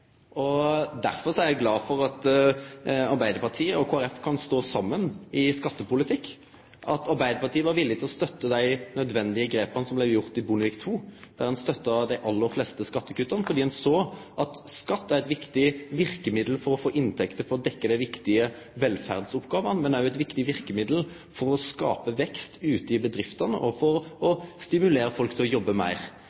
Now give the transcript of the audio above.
einig. Derfor er eg glad for Arbeidarpartiet og Kristeleg Folkeparti kan stå saman i skattepolitikken, at Arbeidarpartiet var villig til å støtte dei nødvendige grepa som blei gjorde under Bondevik II. Der støtta ein dei aller fleste skattekutta fordi ein såg at skatt er eit viktig verkemiddel for å få inntekter til å dekkje dei viktige velferdsoppgåvene, men det er òg eit viktig verkemiddel for å skape vekst ute i bedriftene og for å